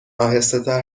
آهستهتر